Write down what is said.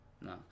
No